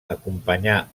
acompanyà